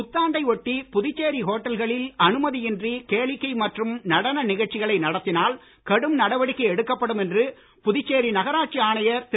புத்தாண்டை ஒட்டி புதுச்சேரி ஹோட்டல்களில் அனுமதியின்றி கேளிக்கை மற்றும் நடன நிகழ்ச்சிகளை நடத்தினால் கடும் நடவடிக்கை எடுக்கப்படும் என்று புதுச்சேரி நகராட்சி ஆணையர் திரு